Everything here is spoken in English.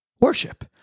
worship